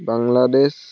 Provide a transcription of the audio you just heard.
Bangladesh